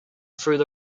through